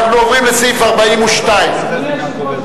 אנחנו עוברים לסעיף 42. אדוני היושב-ראש.